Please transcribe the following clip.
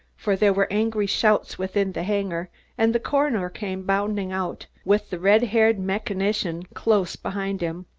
for there were angry shouts within the hangar and the coroner came bounding out, with the red-haired mechanician close behind him.